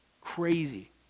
Crazy